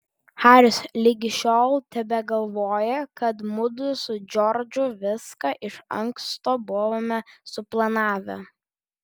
haris ligi šiol tebegalvoja kad mudu su džordžu viską iš anksto buvome suplanavę